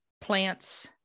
plants